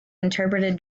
interpreted